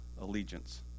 allegiance